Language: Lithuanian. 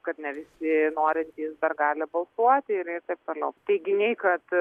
kad ne visi norintys dar gali balsuoti ir taip toliau teiginiai kad